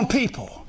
people